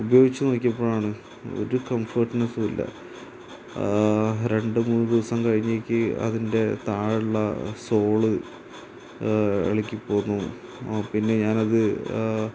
ഉപയോഗിച്ച് നോക്കിയപ്പോഴാണ് ഒരു കംഫോർട്ട്നെസ്സുമില്ല രണ്ടു മൂന്നു ദിവസം കഴിഞ്ഞിക്ക് അതിൻ്റെ താഴെയുള്ള സോൾ ഇളക്കി പോന്നു പിന്നെ ഞാനത്